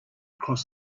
cross